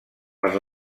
per